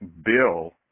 bill